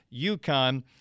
UConn